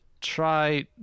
try